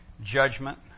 judgment